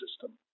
system